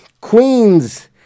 Queens